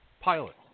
pilot